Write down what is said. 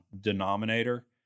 denominator